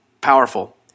powerful